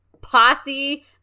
posse